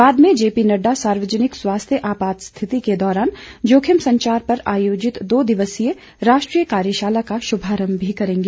बाद में जेपी नड्डा सार्वजनिक स्वास्थ्य आपात स्थिति के दौरान जोखिम संचार पर आयोजित दो दिवसीय राष्ट्रीय कार्यशाला का श्भारम्भ भी करेंगे